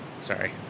sorry